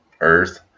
earth